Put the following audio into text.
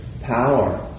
power